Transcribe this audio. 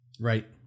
Right